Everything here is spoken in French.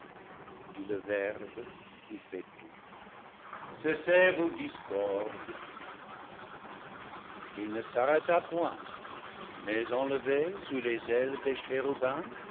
dit le verbe qui fait tout cessez vos discordes ii ne s'arrêta point mais enlevé sur les ailes des